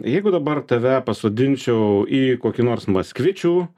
jeigu dabar tave pasodinčiau į kokį nors maskvičių